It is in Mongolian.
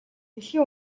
дэлхий